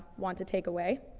want to take away.